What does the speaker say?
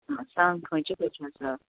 आं सांग खंयचें खंयचें आसा